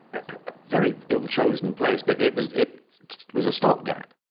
a very ill-chosen place, but it was it was a stopgap.